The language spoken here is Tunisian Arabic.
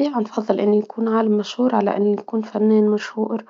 طبيعي نفضل انه يكون عالم مشهور على انه يكون فنان مشهور.